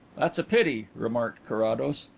that's a pity, remarked carrados.